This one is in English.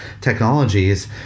technologies